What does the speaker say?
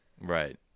Right